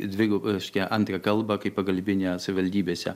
dvigubą reiškia antrą kalbą kaip pagalbinę savivaldybėse